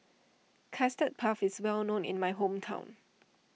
Custard Puff is well known in my hometown